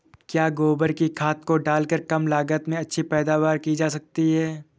क्या गोबर की खाद को डालकर कम लागत में अच्छी पैदावारी की जा सकती है?